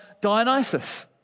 Dionysus